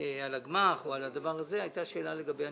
זה הדבר היחידי שלא מופיע בנוסח.